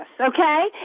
okay